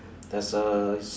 there's a